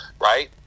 right